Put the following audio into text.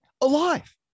alive